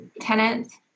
Tenants